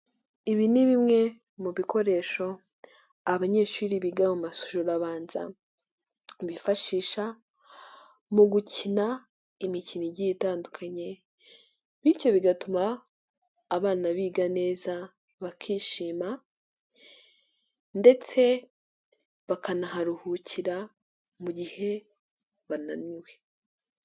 Ibi ni bimwe mu bikoresho abanyeshuri biga mu mashuri abanza bifashisha mu gukina imikino igiye itandukanye, bityo bigatuma abana biga neza bakishima ndetse bakanaharuhukira mu gihe bananiwe.